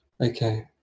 Okay